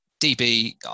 DB